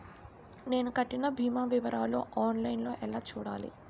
నేను కట్టిన భీమా వివరాలు ఆన్ లైన్ లో ఎలా చూడాలి?